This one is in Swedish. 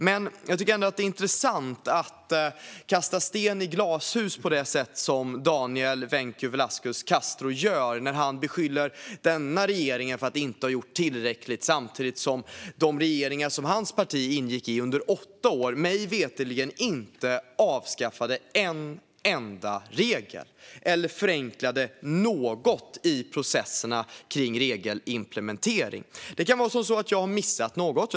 Men jag tycker ändå att det är intressant att Daniel Vencu Velasquez Castro kastar sten i glashus på det sätt som han gör när han beskyller denna regering för att inte ha gjort tillräckligt samtidigt som de regeringar som hans parti ingick i under åtta år mig veterligen inte avskaffade en enda regel eller förenklade något i processerna kring regelimplementering. Det kan vara så att jag har missat något.